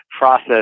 process